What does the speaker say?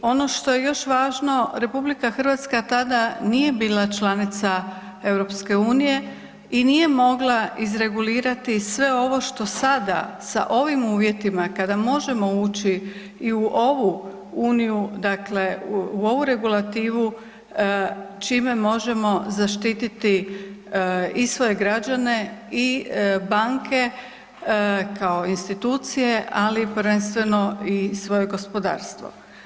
I ono što je još važno, RH tada nije bila članica EU i nije mogla izregulirati sve ovo što sada sa ovim uvjetima kada možemo ući i u ovu uniju, dakle u ovu regulativu, čime možemo zaštititi i svoje građane i banke kao institucije, ali prvenstveno i svoje gospodarstvo.